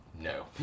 No